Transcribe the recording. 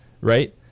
right